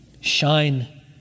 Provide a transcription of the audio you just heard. Shine